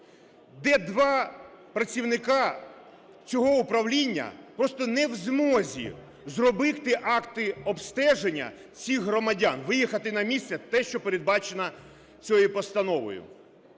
де два працівника цього управління просто не в змозі зробити акти обстеження цих громадян, виїхати на місце – те, що передбачено цією постановою.